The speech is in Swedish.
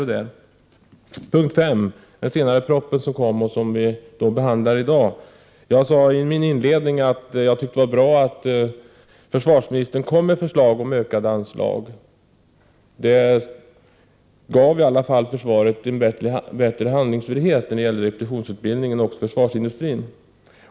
Beträffande punkt 5, som handlade om den proposition som vi behandlar i dag, sade jag i min inledning att jag tyckte att det var bra att försvarsministern lade fram förslag om ökade anslag. Det ger försvaret en större handlingsfrihet när det gäller repetitionsutbildningen och försvarsindustrin.